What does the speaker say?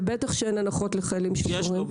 ובטח שאין הנחות לחיילים משוחררים.